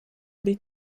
did